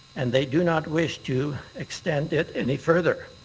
and they do not wish to extend it any further.